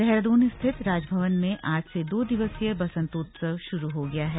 देहरादून स्थित राजभवन में आज से दो दिवसीय बसंतोत्सव शुरू हो गया है